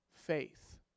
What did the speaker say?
faith